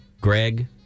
Greg